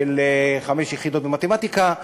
של חמש יחידות במתמטיקה,